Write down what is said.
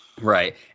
Right